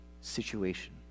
situation